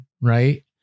right